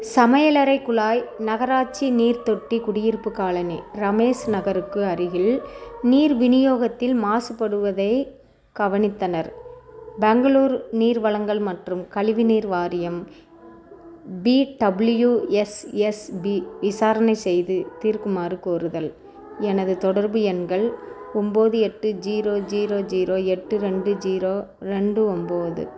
சமையலறை குழாய் நகராட்சி நீர் தொட்டி குடியிருப்பு காலனி ரமேஷ் நகருக்கு அருகில் நீர் விநியோகத்தில் மாசுபடுவதைக் கவனித்தனர் பெங்களூர் நீர் வழங்கல் மற்றும் கழிவுநீர் வாரியம் பிடபிள்யூஎஸ்எஸ்பி விசாரணை செய்து தீர்க்குமாறு கோருதல் எனது தொடர்பு எண்கள் ஒன்போது எட்டு ஜீரோ ஜீரோ ஜீரோ எட்டு ரெண்டு ஜீரோ ரெண்டு ஒன்போது